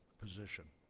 position.